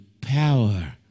power